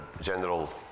general